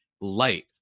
light